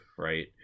Right